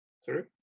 Sorry